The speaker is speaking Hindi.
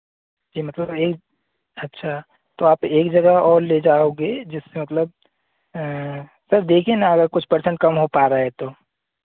जी मतलब एक अच्छा तो आप एक जगह और ले जाओगे जिसका मतलब सर देखिए ना अगर कुछ परसेन्ट कम हो पा रहा है तो